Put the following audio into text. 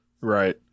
Right